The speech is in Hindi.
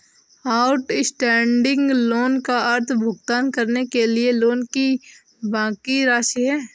आउटस्टैंडिंग लोन का अर्थ भुगतान करने के लिए लोन की बाकि राशि है